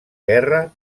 guerra